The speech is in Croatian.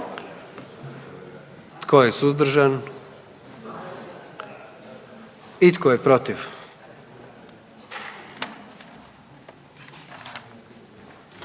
Tko je suzdržan? I tko je protiv?